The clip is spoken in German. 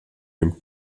dem